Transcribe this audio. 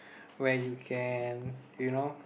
where you can you know